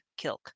Kilk